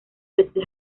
desde